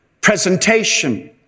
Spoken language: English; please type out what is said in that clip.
presentation